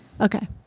Okay